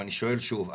אבל אני שואל שוב.